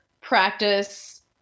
practice